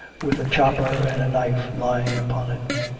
with a chopper and a knife lying upon it.